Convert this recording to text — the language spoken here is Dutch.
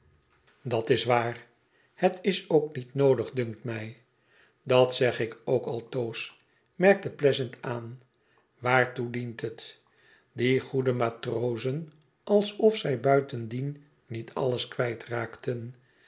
dat is waar het is ook niet noodig dunkt mij idat zeg ik ook altoos merkte pleasant aan waartoe dient het die goede matrozen alsof zij buitendien niet alles